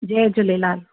Jay Jhulelal